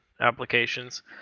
applications